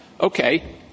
okay